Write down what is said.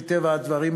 מטבע הדברים,